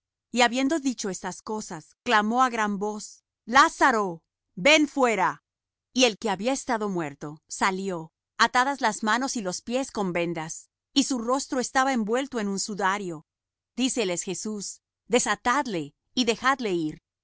y habiendo dicho estas cosas clamó á gran voz lázaro ven fuera y el que había estado muerto salió atadas las manos y los pies con vendas y su rostro estaba envuelto en un sudario díceles jesús desatadle y dejadle ir